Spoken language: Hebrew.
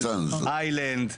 איילנד,